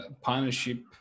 partnership